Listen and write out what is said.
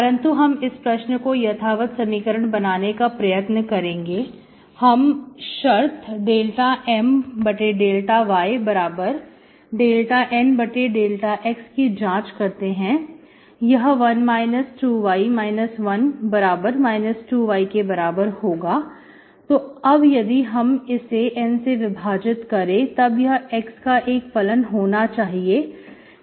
परंतु हम इस प्रश्न को यथावत समीकरण बनाने का प्रयत्न करेंगे हम शर्त ∂M∂y ∂N∂x की जांच करते हैं यह 1 2y 1 2y के बराबर होगा तो अब यदि हम इससे N से विभाजित करें तब यह x का एक फलन होना चाहिए